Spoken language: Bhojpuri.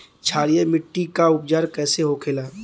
क्षारीय मिट्टी का उपचार कैसे होखे ला?